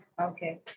Okay